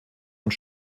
und